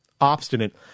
obstinate